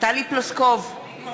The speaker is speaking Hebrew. טלי פלוסקוב, נגד